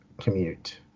commute